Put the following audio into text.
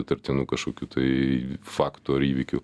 įtartinų kažkokių tai faktų ar įvykių